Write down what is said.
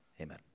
amen